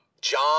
John